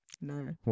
No